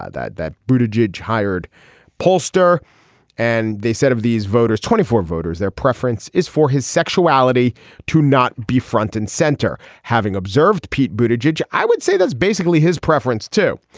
ah that that brutal judge hired pollster and they said of these voters twenty four voters their preference is for his sexuality to not be front and center. having observed pete boot a judge i would say that's basically his preference too.